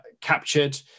captured